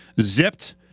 zipped